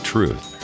Truth